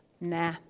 nah